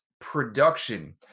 production